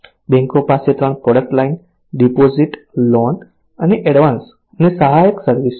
બેંકો પાસે 3 product line deposit loan અને એડવાન્સ અને સહાયક સર્વિસ છે